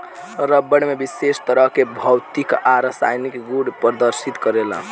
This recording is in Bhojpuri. रबड़ में विशेष तरह के भौतिक आ रासायनिक गुड़ प्रदर्शित करेला